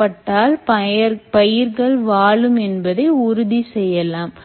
பட்டால் பயிர்கள் வாழும் என்பதை உறுதி செய்யலாம்